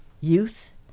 youth